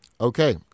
okay